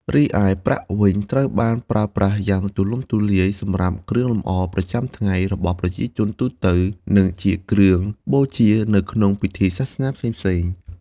រីឯប្រាក់វិញត្រូវបានប្រើប្រាស់យ៉ាងទូលំទូលាយសម្រាប់ គ្រឿងលម្អប្រចាំថ្ងៃ របស់ប្រជាជនទូទៅ និងជា គ្រឿងបូជា នៅក្នុងពិធីសាសនាផ្សេងៗ។